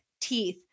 teeth